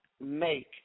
make